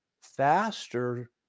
faster